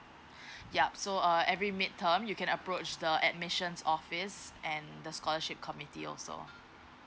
ya so err every mid term you can approach the admissions office and the scholarship committee also